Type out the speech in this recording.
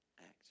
act